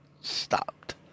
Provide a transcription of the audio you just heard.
stopped